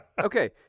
Okay